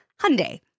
Hyundai